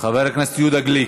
חבר הכנסת יהודה גליק,